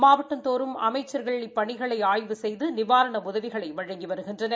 மாவட்டந்தோறும் அமைச்சர்கள் இப்பணிகளை ஆய்வு செய்து நிவாரண உதவிகளை வழங்கி வருகின்றன்